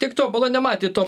tiek to bala nematė to